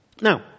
Now